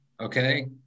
Okay